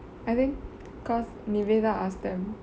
I think cause nivetha ask them